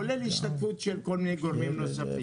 כולל השתתפות של כל מיני גורמים נוספים.